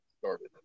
started